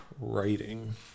writing